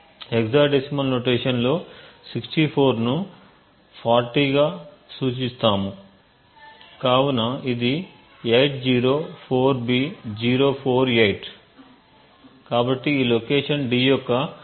hexadecimal notation లో 64 ను 40 గా సూచిస్తాము కావున ఇది 804B048 కాబట్టి ఈ లొకేషన్ d యొక్క ముగింపును సూచిస్తుంది